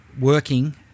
working